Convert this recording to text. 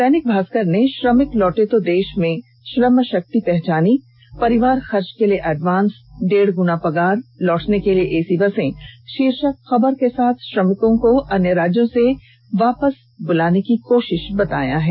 दैनिक भास्कर ने श्रमिक लौटे तो देश ने श्रमशक्ति पहचानी परिवार खर्च के लिए एडवासं डेढ़ गुना पगार लौटने के लिए एसी बसें शीर्षक खबर के साथ श्रमिकों को अन्य राज्यों में वापस बुलाने की कोशिशों को बताया है